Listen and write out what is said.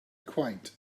quaint